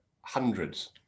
hundreds